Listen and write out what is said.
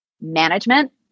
management